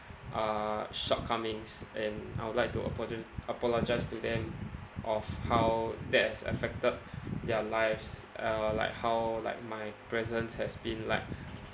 uh shortcomings and I would like to apologi~ apologise to them of how that has affected their lives uh like how like my presence has been like